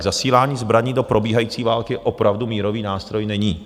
Zasílání zbraní do probíhající války opravdu mírový nástroj není.